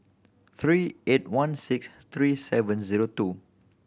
three eight one six three seven zero two